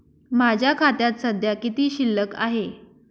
माझ्या खात्यात सध्या किती शिल्लक आहे?